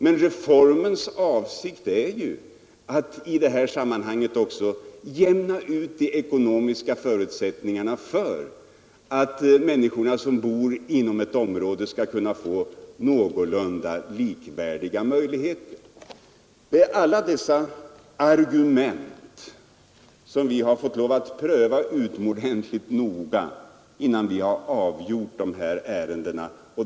Men reformens avsikt är ju att jämna ut de ekonomiska förutsättningarna så att människor som bor inom ett område skall kunna få någorlunda likvärdiga möjligheter. Alla dessa argument har vi fått lov att pröva utomordentligt noga, innan vi avgjort ärendena.